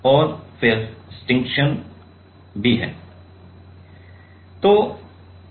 तो और फिर स्टिचशन भी है